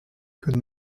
que